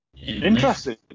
Interesting